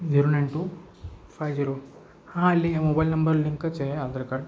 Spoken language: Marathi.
zero nine two five zero हां लिघय मोबाईल नंबर लिंकच आहे आधार कार्ड